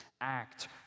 act